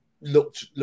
looked